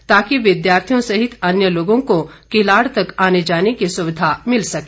ताकि विद्यार्थियों सहित अन्य लोगों को किलाड़ तक आने जाने की सुविधा मिल सके